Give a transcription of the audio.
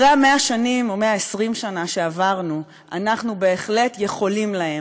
אחרי 120 השנים שעברנו, אנחנו בהחלט יכולים להם.